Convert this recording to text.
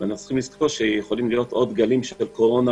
אנחנו צריכים לזכור שיכולים להיות עוד גלים של קורונה,